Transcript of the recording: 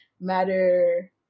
matter